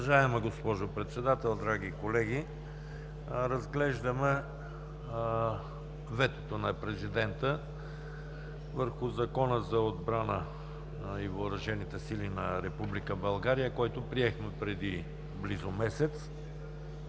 Уважаема госпожо Председател, драги колеги, разглеждаме ветото на Президента върху Закона за отбраната и въоръжените сили на Република България, който приехме преди близо месец